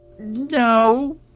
No